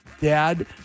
Dad